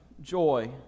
joy